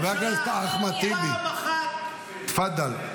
חבר הכנסת אחמד טיבי, תפדל.